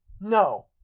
no